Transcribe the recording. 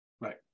Right